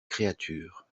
créature